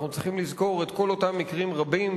אנחנו צריכים לזכור את כל אותם מקרים רבים,